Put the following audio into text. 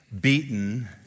beaten